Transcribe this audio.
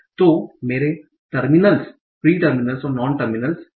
तो ये मेरे टर्मिनल्स प्री टर्मिनल्स और नॉन टर्मिनल्स हैं